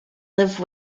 live